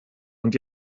und